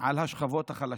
על השכבות החלשות.